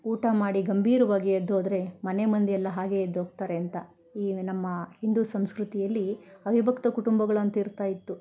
ಊಟ ಮಾಡಿ ಗಂಭೀರವಾಗಿ ಎದ್ದೋದರೆ ಮನೆಮಂದಿಯೆಲ್ಲ ಹಾಗೇ ಎದ್ದೋಗ್ತಾರೆ ಅಂತ ಈ ನಮ್ಮ ಹಿಂದೂ ಸಂಸ್ಕೃತಿಯಲ್ಲಿ ಅವಿಭಕ್ತ ಕುಟುಂಬಗಳು ಅಂತ ಇರ್ತಾಯಿತ್ತು